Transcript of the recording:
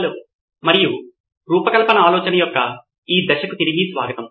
hello మరియు రూపకల్పన ఆలోచన యొక్క ఈ దశకు తిరిగి స్వాగతం